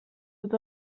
tot